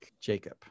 Jacob